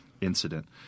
incident